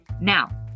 Now